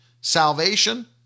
Salvation